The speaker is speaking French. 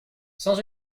sans